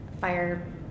fire